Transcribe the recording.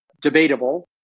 debatable